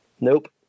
Nope